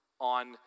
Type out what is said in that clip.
on